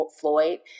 Floyd